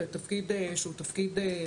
אלא תפקיד ביצועי,